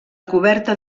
coberta